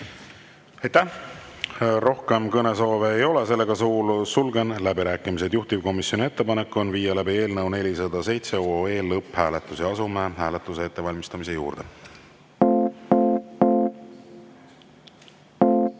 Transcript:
Aitäh! Rohkem kõnesoove ei ole, sulgen läbirääkimised. Juhtivkomisjoni ettepanek on viia läbi eelnõu 407 lõpphääletus. Asume hääletuse ettevalmistamise juurde.